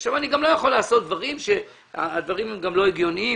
ועכשיו אני גם לא יכול לעשות דברים שהם לא הגיוניים.